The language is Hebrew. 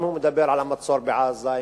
אם הוא מדבר על המצור בעזה,